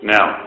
Now